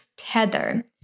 Tether